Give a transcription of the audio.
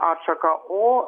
atšaką o